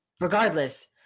regardless